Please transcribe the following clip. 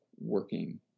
working